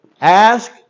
ask